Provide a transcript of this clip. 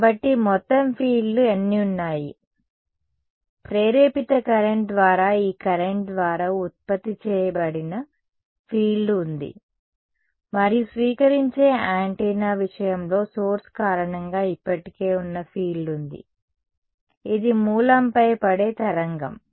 కాబట్టి మొత్తం ఫీల్డ్లు ఎన్ని ఉన్నాయి ప్రేరేపిత కరెంట్ ద్వారా ఈ కరెంట్ ద్వారా ఉత్పత్తి చేయబడిన ఫీల్డ్ ఉంది మరియు స్వీకరించే యాంటెన్నా విషయంలో సోర్స్ కారణంగా ఇప్పటికే ఉన్న ఫీల్డ్ ఉంది ఇది మూలంపై పడే తరంగం